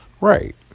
Right